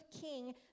king